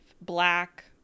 black